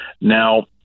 now